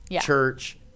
church